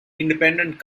independent